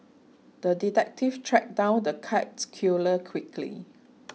the detective tracked down the cats killer quickly